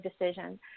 decision